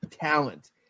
talent